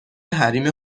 حریم